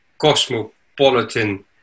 cosmopolitan